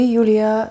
Julia